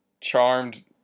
charmed